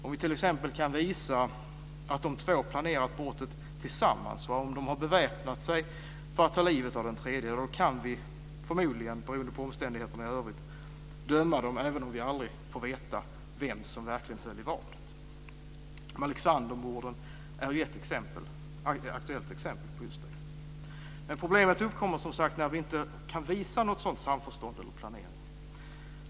Om vi t.ex. kan visa att de två har planerat brottet tillsammans, om de har beväpnat sig för att ta livet av den tredje, kan vi förmodligen, beroende på omständigheterna i övrigt, döma dem även om vi aldrig får veta vem som verkligen höll i vapnet. Malexandermorden är ett aktuellt exempel på just det. Men problemet uppkommer som sagt när vi inte kan visa något sådant samförstånd eller någon sådan planering.